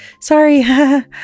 sorry